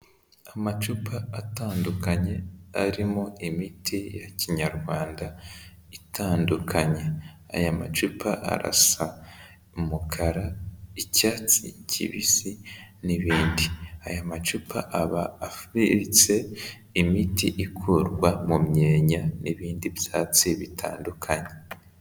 Amacupa atandukanye, arimo imiti ya kinyarwanda itandukanye. Aya macupa arasa umukara, icyatsi kibisi n'ibindi. Aya macupa aba afuritse imiti ikurwa mu myeya, n'ibindi byatsi bitandukanye.